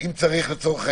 בנוסף,